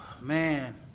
man